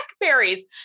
Blackberries